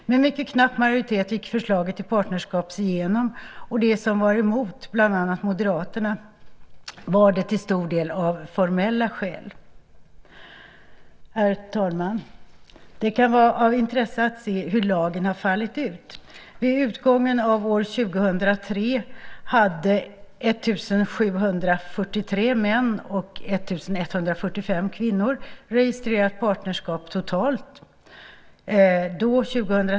Med mycket knapp majoritet gick förslaget till partnerskap igenom. De som var emot - bland annat Moderaterna - var det till stor del av formella skäl. Herr talman! Det kan vara av intresse att se hur lagen har fallit ut. Vid utgången av år 2003 hade totalt 1 743 män och 1 145 kvinnor registrerat partnerskap.